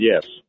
Yes